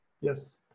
Yes